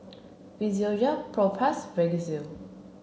Physiogel Propass Vagisil